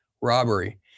robbery